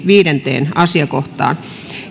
viidenteen asiakohtaan